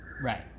Right